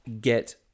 get